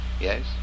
Yes